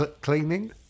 cleaning